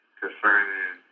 concerning